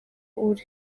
uri